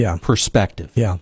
perspective